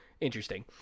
interesting